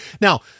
now